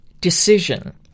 decision